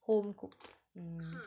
homecooked hmm